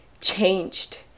changed